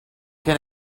can